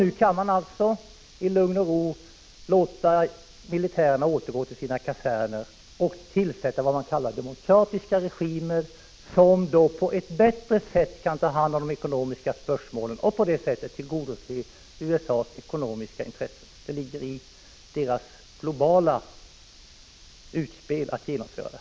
Nu kan man i lugn och ro låta militären återgå till sina kaserner och skapa vad man kallar demokratiska regimer. Dessa kan på ett bättre sätt ta hand om de ekonomiska spörsmålen och därmed tillgodose USA:s ekonomiska intressen. Det ligger i det globala utspelet att åstadkomma detta.